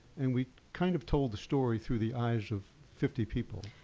and we kind of told the story through the eyes of fifty people.